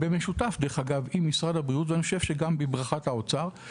במשותף עם משרד הבריאות ואני חושב שגם בברכת האוצר,